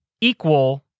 equal